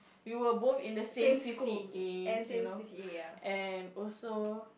we were both in the same C_C_A you know and also